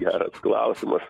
geras klausimas